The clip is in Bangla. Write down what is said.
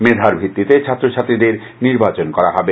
মেধার ভিত্তিতে ছাত্রছাত্রীদের নির্বাচন করা হবে